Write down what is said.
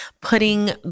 putting